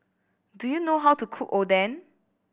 do you know how to cook Oden